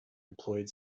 employed